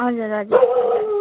हजुर हजुर